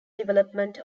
development